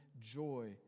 joy